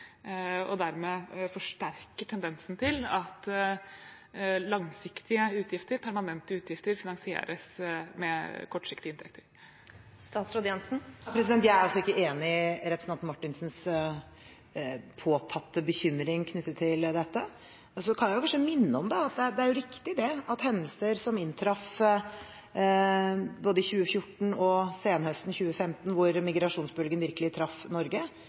og dermed forsterker tendensen til at langsiktige og permanente utgifter finansieres med kortsiktige inntekter. Jeg er ikke enig i representanten Marthinsens påtatte bekymring knyttet til dette. Jeg kan kanskje også minne om at det er riktig at hendelser som inntraff både i 2014 og senhøsten 2015, hvor migrasjonsbølgen virkelig traff Norge,